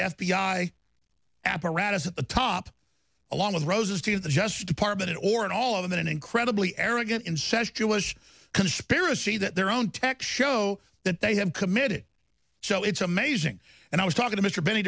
i apparatus at the top along with roses to the justice department or and all of them in an incredibly arrogant incest jewish conspiracy that their own tech show that they have committed so it's amazing and i was talking to mr binn